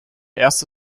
erste